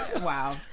Wow